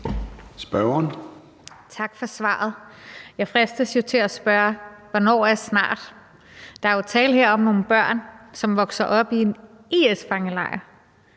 Lund (EL): Tak for svaret. Jeg fristes til at spørge: Hvornår er »snart«? Der er jo her tale om nogle børn, som vokser op i en IS-fangelejr,